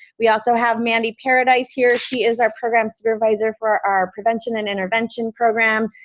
we also have mandy paradise here she is our program supervisor for our our prevention and intervention program,